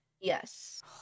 Yes